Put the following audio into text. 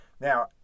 Now